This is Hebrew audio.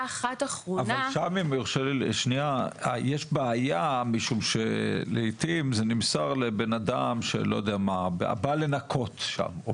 שם יש בעיה משום שלעתים זה נמסר לבן אדם שבא לנקות שם או